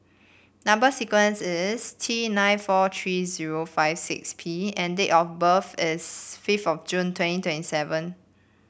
number sequence is T nine four tree zero five six P and date of birth is fifth of June twenty twenty seven